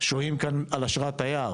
שוהים כאן על אשרת תייר